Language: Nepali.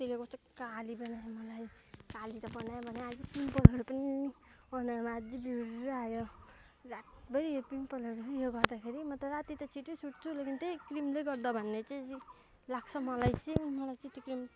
त्यसले कस्तो काली बनायो मलाई काली त बनायो बनायो अझै पिम्पलहरू पनि अनुहारमा अझै बिरर्र आयो रातभरि पिम्पलहरू ऊ यो गर्दाखेरि म त राती त छिट्टै सुत्छु लेकिन त्यही क्रिमले गर्दा भन्ने चाहिँ लाग्छ मलाई चाहिँ मलाई चाहिँ त्यो क्रिम